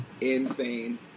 insane